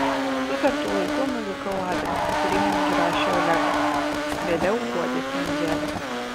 sutartu laiku nuvykau adresu kurį man užrašė olegas vėliau guodėsi angelė